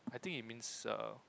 I think it means err